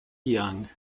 young